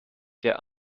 der